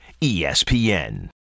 ESPN